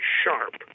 sharp